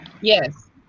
Yes